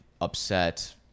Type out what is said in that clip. upset